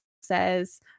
says